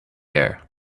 air